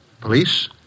Police